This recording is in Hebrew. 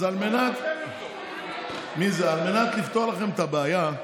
על מנת לפתור לכם את הבעיה,